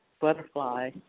butterfly